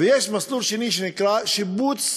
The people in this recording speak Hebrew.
ויש מסלול שני שנקרא שיבוץ